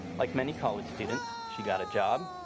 like many college students. she got a job.